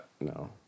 No